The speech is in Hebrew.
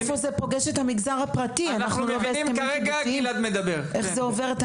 כרגע גלעד מדבר,